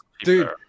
Dude